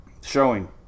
Showing